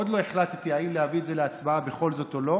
עוד לא החלטתי אם להביא את זה להצבעה בכל זאת או לא,